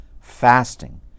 fasting